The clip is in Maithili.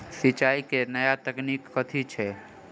सिंचाई केँ नया तकनीक कथी छै?